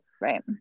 right